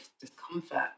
discomfort